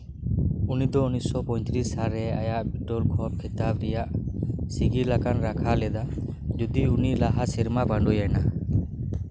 ᱩᱱᱤ ᱫᱚ ᱩᱱᱤᱥᱥᱚ ᱯᱚᱸᱭᱛᱤᱨᱤᱥ ᱥᱟᱞ ᱨᱮ ᱟᱡᱟᱜ ᱵᱤᱴᱚᱞ ᱠᱚᱯ ᱠᱷᱤᱛᱟᱵ ᱨᱮᱱᱟᱜ ᱥᱤᱜᱤᱞ ᱠᱟᱱ ᱨᱟᱠᱷᱟ ᱞᱮᱫᱟ ᱡᱩᱫᱤ ᱩᱱᱤ ᱞᱟᱦᱟ ᱥᱮᱨᱢᱟᱭ ᱯᱟᱺᱰᱩᱭᱮᱱᱟ